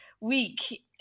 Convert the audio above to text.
week